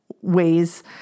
ways